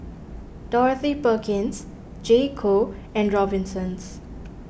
Dorothy Perkins J co and Robinsons